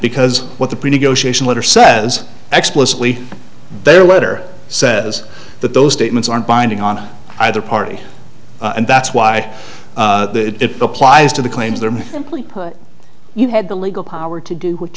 because what the pre negotiation letter says explicitly their letter says that those statements aren't binding on either party and that's why it applies to the claims that you had the legal power to do